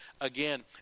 again